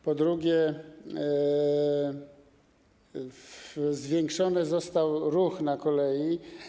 Po drugie, zwiększony został ruch na kolei.